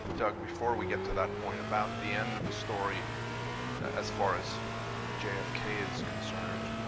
doug, before we get to that point about the end of the story as far as jfk is concerned.